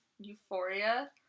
euphoria